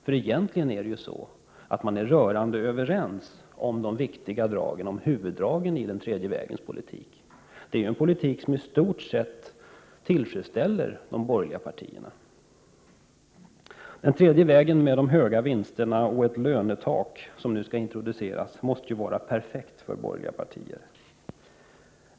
För egentligen är man ju rörande överens med regeringen om huvuddragen i den ekonomiska politiken. Det är ju en politik som i stort sett tillfredsställer de borgerliga partierna. — Den tredje vägen med höga vinster och lönetak måste vara perfekt för de borgerliga partierna.